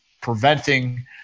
preventing